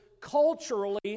culturally